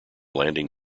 landing